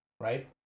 right